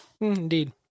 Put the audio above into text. Indeed